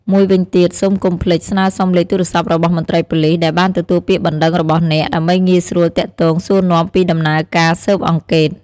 មួយវិញទៀត សូមកុំភ្លេចស្នើសុំលេខទូរស័ព្ទរបស់មន្ត្រីប៉ូលីសដែលបានទទួលពាក្យបណ្ដឹងរបស់អ្នក ដើម្បីងាយស្រួលទាក់ទងសួរនាំពីដំណើរការស៊ើបអង្កេត។